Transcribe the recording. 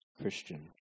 Christian